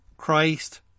Christ